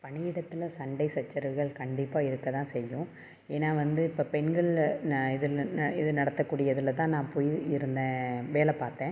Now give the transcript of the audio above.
பணியிடத்தில் சண்டைச் சச்சரவுகள் கண்டிப்பாக இருக்க தான் செய்யும் ஏன்னால் வந்து இப்போ பெண்களில் நான் இதில் ந இது நடத்தக்கூடிய இதில் தான் நான் போய் இருந்தேன் வேலை பார்த்தேன்